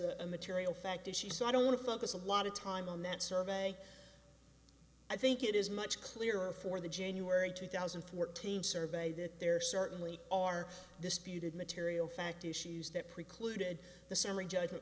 a material fact is she so i don't want to focus a lot of time on that survey i think it is much clearer for the january two thousand and fourteen survey that there certainly are disputed material fact issues that precluded the summary judgment